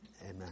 Amen